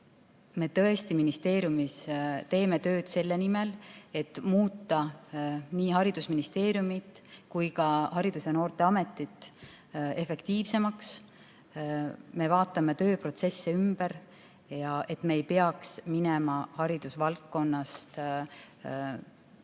me tõesti ministeeriumis teeme tööd selle nimel, et muuta nii haridusministeerium kui ka Haridus‑ ja Noorteamet efektiivsemaks. Me vaatame tööprotsesse ümber, et me ei peaks minema haridusvaldkonnas teenuseid